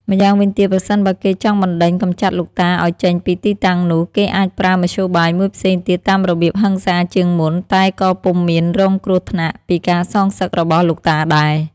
ម្យ៉ាងវិញទៀត ប្រសិនបើគេចង់បណ្ដេញកំចាត់លោកតាឱ្យចេញពីទីតាំងនោះ គេអាចប្រើមធ្យោបាយមួយផ្សេងទៀតតាមរបៀបហិង្សាជាងមុន តែក៏ពុំមានរងគ្រោះថ្នាក់ពីការសងសឹករបស់លោកតាដែរ។